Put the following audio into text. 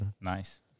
Nice